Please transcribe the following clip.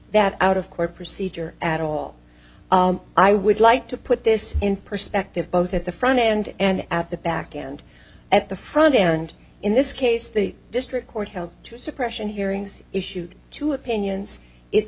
that out of court procedure at all i would like to put this in perspective both at the front end and at the back end at the front end in this case the district court held to suppression hearings issued two opinions it's